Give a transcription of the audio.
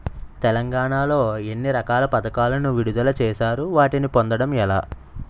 తెలంగాణ లో ఎన్ని రకాల పథకాలను విడుదల చేశారు? వాటిని పొందడం ఎలా?